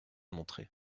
montrer